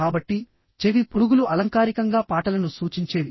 కాబట్టి చెవి పురుగులు అలంకారికంగా పాటలను సూచించేవి